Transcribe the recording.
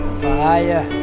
fire